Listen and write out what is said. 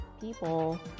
people